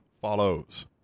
follows